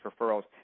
referrals